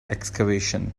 excavation